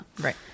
Right